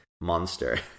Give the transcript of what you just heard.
monster